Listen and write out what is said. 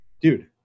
Dude